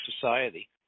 society